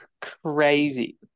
Crazy